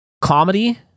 Comedy